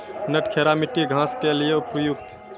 नटखेरा मिट्टी घास के लिए उपयुक्त?